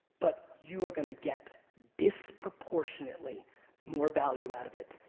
but you are going to get disproportionally more value out of it.